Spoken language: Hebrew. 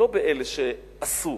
לא באלה שעשו,